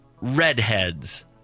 redheads